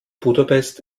budapest